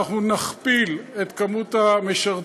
אנחנו נכפיל את מספר המשרתים,